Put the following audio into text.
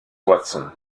watson